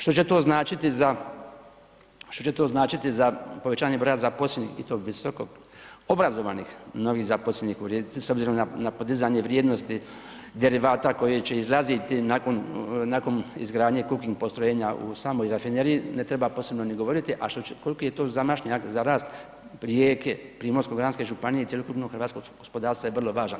Što će to značiti za povećanje broja zaposlenih i to visoko obrazovanih novih zaposlenih u Rijeci s obzirom na podizanje vrijednosti derivata koji će izlaziti nakon izgradnje ... postrojenja u samoj rafineriji ne treba posebno ni govoriti a koliki je to zamašnjak za rast Rijeke, Primorsko-goranske županije i cjelokupnog hrvatskog gospodarstva je vrlo važan.